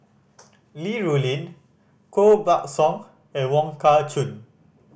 Li Rulin Koh Buck Song and Wong Kah Chun